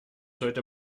sollte